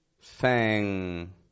fang